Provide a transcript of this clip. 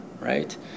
right